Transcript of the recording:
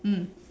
mm